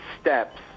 steps